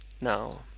now